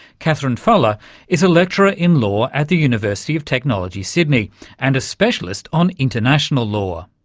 katherine fallah is a lecturer in law at the university of technology, sydney and a specialist on international law.